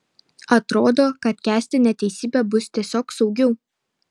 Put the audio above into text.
atrodo kad kęsti neteisybę bus tiesiog saugiau